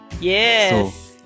Yes